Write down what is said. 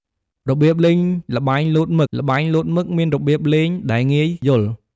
របៀបលេងល្បែងលោតមឹក ល្បែងលោតមឹកមានរបៀបលេងដែលងាយយល់។